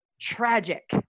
tragic